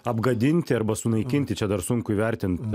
apgadinti arba sunaikinti čia dar sunku įvertint